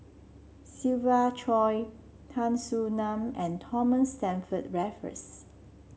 Siva Choy Tan Soo Nan and Thomas Stamford Raffles